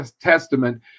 Testament